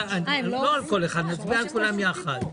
לא על כל אחד; נצביע על כולן יחד.